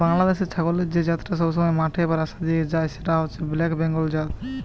বাংলাদেশের ছাগলের যে জাতটা সবসময় মাঠে বা রাস্তা দিয়ে যায় সেটা হচ্ছে ব্ল্যাক বেঙ্গল জাত